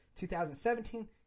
2017